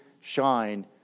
shine